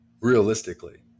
Realistically